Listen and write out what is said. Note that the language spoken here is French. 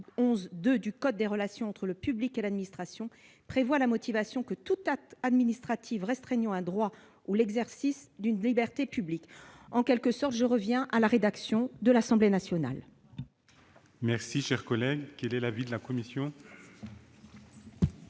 211-2 du code des relations entre le public et l'administration prévoit la motivation de tout acte administratif restreignant un droit ou l'exercice d'une liberté publique. Nous proposons d'en revenir à la rédaction de l'Assemblée nationale.